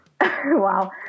wow